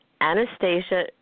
Anastasia